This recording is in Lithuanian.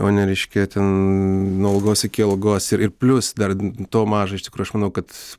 o ne reiškia ten nuo algos iki algos ir plius dar to maža iš tikrųjų aš manau kad